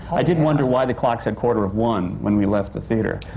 i did wonder why the clock said quarter of one when we left the theatre